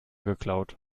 geklaut